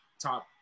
top